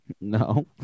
No